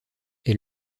est